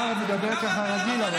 דוידסון, אתה מדבר כך רגיל.